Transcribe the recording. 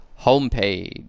homepage